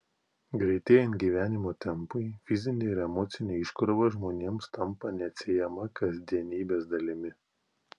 greitėjant gyvenimo tempui fizinė ir emocinė iškrova žmonėms tampa neatsiejama kasdienybės dalimi